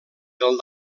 del